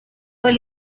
del